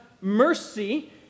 mercy